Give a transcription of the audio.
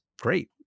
great